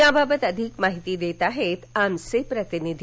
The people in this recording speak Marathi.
याबाबत अधिक माहिती देत आहेत आमचे प्रतिनिधी